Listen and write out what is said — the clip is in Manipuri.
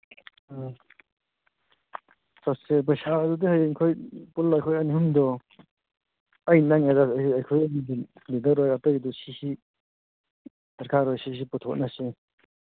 ꯑ ꯆꯠꯁꯦ ꯄꯩꯁꯥꯗꯨꯗꯤ ꯍꯌꯦꯡ ꯑꯩꯈꯣꯏ ꯄꯨꯜꯂ ꯑꯩꯈꯣꯏ ꯑꯅꯤ ꯑꯍꯨꯝꯗꯣ ꯑꯩ ꯅꯪ ꯑꯖꯥꯠ ꯑꯩꯈꯣꯏ ꯑꯅꯤꯗꯤ ꯂꯤꯗꯔ ꯑꯣꯏꯔ ꯑꯇꯩꯗꯨ ꯁꯤ ꯁꯤ ꯗꯔꯀꯥꯔ ꯑꯣꯏ ꯁꯤꯁꯤ ꯄꯨꯊꯣꯛꯅꯁꯤ